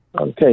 Okay